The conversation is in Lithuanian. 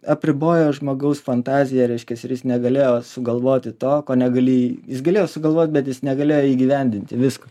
apribojo žmogaus fantaziją reiškias ir jis negalėjo sugalvoti to ko negali jis galėjo sugalvot bet jis negalėjo įgyvendinti visko